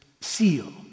seal